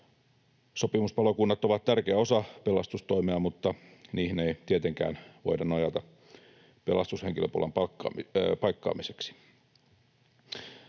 Sopimuspalokunnat ovat tärkeä osa pelastustoimea, mutta niihin ei tietenkään voida nojata pelastushenkilökunnan paikkaamiseksi.